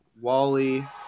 Wally